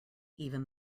even